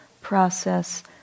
process